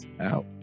out